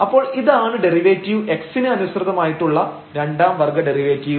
അപ്പോൾ ഇതാണ് derivative x ന് അനുസൃതമായിട്ടുള്ള രണ്ടാം വർഗ്ഗ ഡെറിവേറ്റീവ്